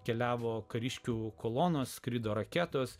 keliavo kariškių kolonos skrido raketos